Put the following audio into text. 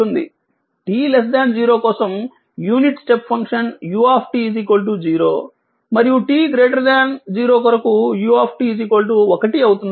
t 0 కోసం unit step function u 0 మరియు t 0 కొరకు u 1 అవుతుందని మనకు తెలుసు